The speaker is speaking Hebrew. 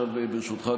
ברשותך,